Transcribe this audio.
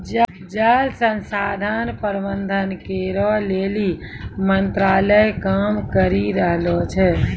जल संसाधन प्रबंधन करै लेली मंत्रालय काम करी रहलो छै